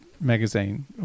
magazine